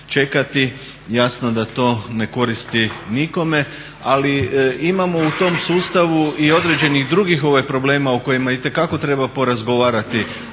čekati, jasno da to ne koristi nikome. Ali imamo u tom sustavu i određenih drugih problema o kojima itekako treba porazgovarati